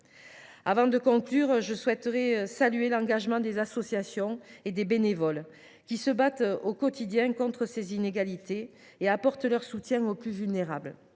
Avant de conclure, je souhaiterais saluer l’engagement des associations et des bénévoles qui se battent au quotidien contre ces inégalités et apportent leur soutien aux plus vulnérables.